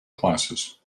classes